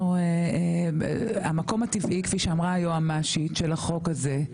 כפי שאמרה היועמ"שית,